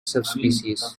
subspecies